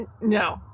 No